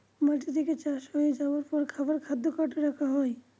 মাটি থেকে চাষ হয়ে যাবার পর খাবার খাদ্য কার্টে রাখা হয়